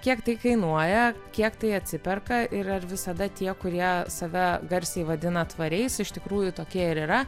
kiek tai kainuoja kiek tai atsiperka ir ar visada tie kurie save garsiai vadina tvariais iš tikrųjų tokie ir yra